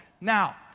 Now